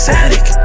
addict